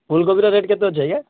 ଫୁଲ କୋବିର ରେଟ୍ କେତେ ଅଛି ଆଜ୍ଞା